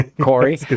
Corey